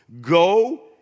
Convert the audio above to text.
Go